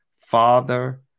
father